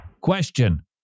Question